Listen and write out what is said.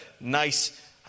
nice